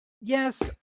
Yes